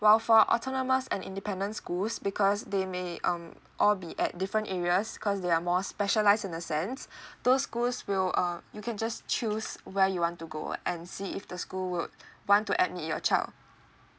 while for autonomous and independent schools because they may um all be at different areas cause they are more specialise in a sense those schools will uh you can just choose where you want to go and see if the school would want to admit your child